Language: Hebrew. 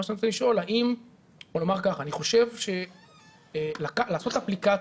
אני חושב שלעשות אפליקציה,